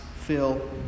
Phil